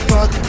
Fuck